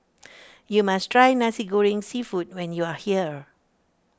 you must try Nasi Goreng Seafood when you are here